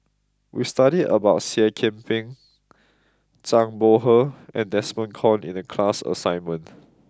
we studied about Seah Kian Peng Zhang Bohe and Desmond Kon in the class assignment